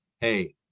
hey